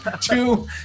two